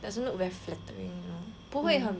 doesn't look very flattering you know 不会很